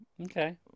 okay